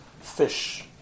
Fish